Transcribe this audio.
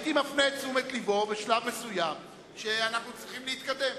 הייתי מפנה את תשומת לבו בשלב מסוים לכך שאנחנו צריכים להתקדם.